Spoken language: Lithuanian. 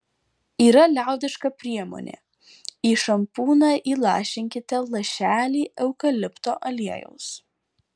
yra liaudiška priemonė į šampūną įlašinkite lašelį eukalipto aliejaus